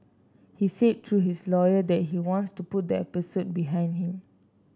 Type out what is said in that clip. he said through his lawyer that he wants to put the episode behind him